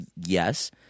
Yes